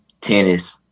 tennis